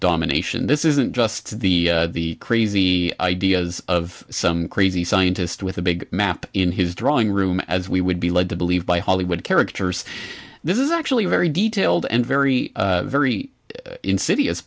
domination this isn't just the crazy ideas of some crazy scientist with a big map in his drawing room as we would be led to believe by hollywood characters this is actually a very detailed and very very insidious